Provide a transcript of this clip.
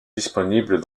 disponibles